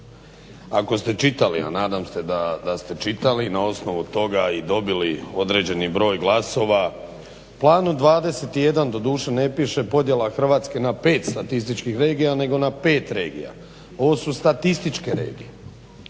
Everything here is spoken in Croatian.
ako ste čitali a nadam se da jeste čitali i na osnovu toga i dobili određeni broj glasova, plan 21 doduše ne piše podjela Hrvatske na 5 statističkih regija nego na 5 regija, ovo su statističke regije.